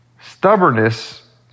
stubbornness